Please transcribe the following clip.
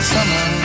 Summer